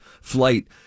flight